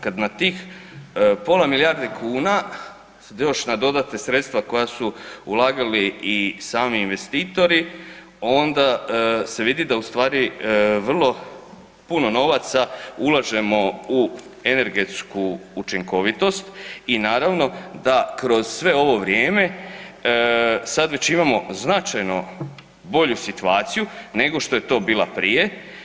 Kad na tih pola milijarde kuna se još nadodate sredstva koja su ulagali i sami investitori onda se vidi da ustvari vrlo puno novaca ulažemo u energetsku učinkovitost i naravno da kroz sve ovo vrijeme sad već imamo značajno bolju situaciju nego što je to bila prija.